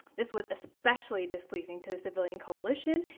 this was especially displeasing to the civilian coalition,